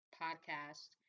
podcast